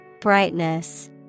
Brightness